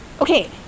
Okay